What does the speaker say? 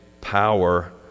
power